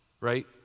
right